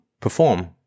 perform